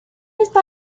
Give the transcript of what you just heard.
está